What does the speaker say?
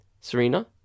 Serena